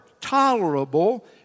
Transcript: tolerable